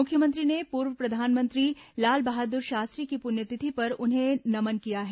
मुख्यमंत्री ने पूर्व प्रधानमंत्री लालबहादुर शास्त्री की पुण्यतिथि पर उन्हें नमन किया है